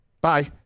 Bye